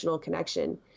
connection